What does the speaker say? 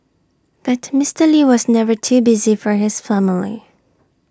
but Mister lee was never too busy for his family